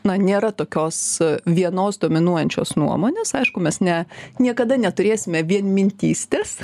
na nėra tokios vienos dominuojančios nuomonės aišku mes ne niekada neturėsime vienmintystės